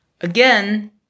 Again